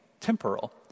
temporal